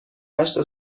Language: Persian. هشت